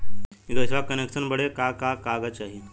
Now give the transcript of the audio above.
इ गइसवा के कनेक्सन बड़े का का कागज चाही?